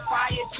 fire